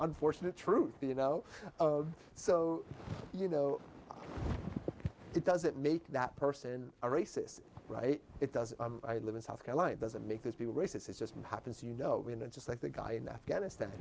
unfortunate truth you know so you know it doesn't make that person a racist right it does i live in south carolina doesn't make those people race it's just happens you know just like the guy in afghanistan